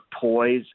poise